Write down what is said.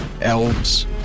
Elves